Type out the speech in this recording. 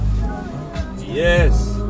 Yes